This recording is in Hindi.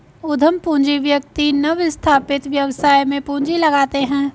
उद्यम पूंजी व्यक्ति नवस्थापित व्यवसाय में पूंजी लगाते हैं